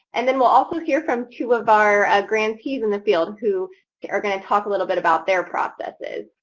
and we will also hear from two of our ah grantees in the field who are going to talk a little bit about their processes.